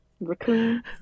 raccoon